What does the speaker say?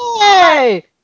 Yay